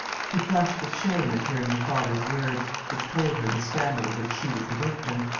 she flushed with shame at hearing her father's words, which told her the scandal of which she was the victim.